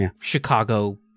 chicago